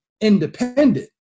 independent